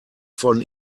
von